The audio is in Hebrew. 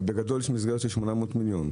אבל בגדול יש מסגרת של 800 מיליון,